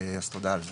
אז תודה על זה.